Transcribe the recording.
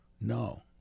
No